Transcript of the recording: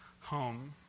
home